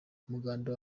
umuganda